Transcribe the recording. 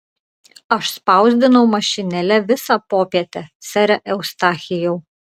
aš spausdinau mašinėle visą popietę sere eustachijau